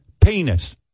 penis